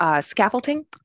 scaffolding